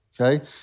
okay